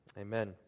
amen